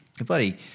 buddy